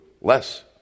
less